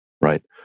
right